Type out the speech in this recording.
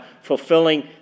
fulfilling